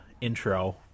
intro